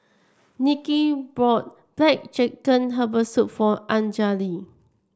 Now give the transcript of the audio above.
Nicky brought black chicken Herbal Soup for Anjali